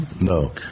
No